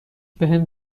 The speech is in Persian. بهم